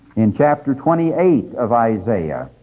in chapter twenty eight of isaiah,